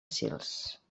sils